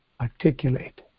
articulate